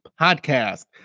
Podcast